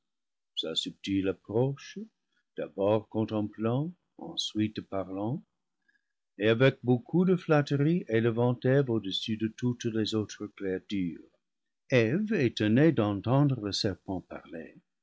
approche d'abord contemplant ensuite parlant et avec beaucoup de flatterie élevant eve au-dessus de toutes les autres créatures eve étonnée d'entendre le serpent parler